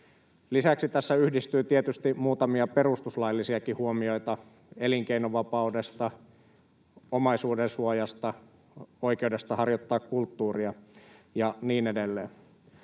Lisäksi tässä yhdistyy tietysti muutamia perustuslaillisiakin huomioita elinkeinovapaudesta, omaisuuden suojasta, oikeudesta harjoittaa kulttuuria ja niin edelleen.